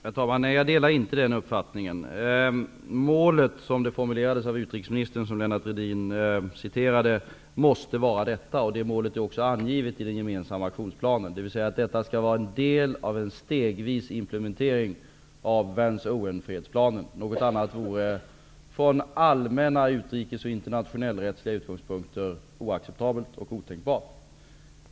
Herr talman! Nej, jag delar inte den uppfattningen. Målet, som det formulerades av utrikesministern och som Lennart Rohdin citerade, är att detta skall vara en del av en stegvis implementering av Vance-- Owen-fredsplanen. Detta finns också angivet i den gemensamma aktionsplanen. Från allmänna utrikespolitiska och internationell-rättsliga synpunkter vore något annat oacceptabelt och otänkbart.